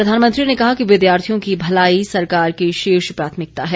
प्रधानमंत्री ने कहा कि विद्यार्थियों की भलाई सरकार की शीर्ष प्राथमिकता है